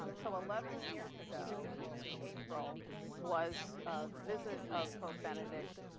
um so eleven years ago in april was the visit of pope benedict,